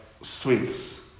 streets